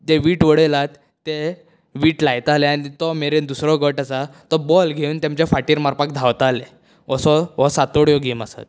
तें वीट वडयल्यात तें वीट लायताले आनी तो मेरेन दुसरो गट आसा तो बोल घेवन तेमचे फाटीर मारपाक धांवताले असो हो सातोड्यो गेम आसात